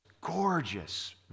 gorgeous